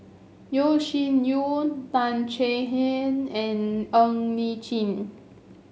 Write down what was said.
Yeo Shih Yun Tan Chay Yan and Ng Li Chin